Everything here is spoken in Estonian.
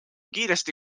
kiiresti